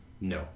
No